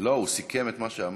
לא, הוא סיכם את מה שאמרת.